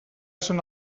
són